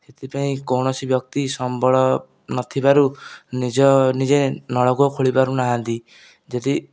ସେଥିପାଇଁ କୌଣସି ବ୍ୟକ୍ତି ସମ୍ବଳ ନଥିବାରୁ ନିଜ ନିଜେ ନଳକୂପ ଖୋଳି ପାରୁନାହାନ୍ତି ଯଦି